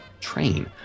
Train